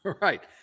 Right